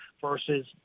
versus